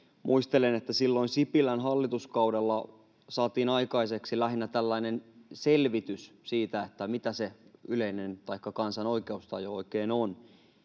Muistelen, että silloin Sipilän hallituskaudella saatiin aikaiseksi lähinnä tällainen selvitys siitä, mitä se yleinen taikka kansan oikeustaju oikein on.